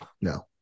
no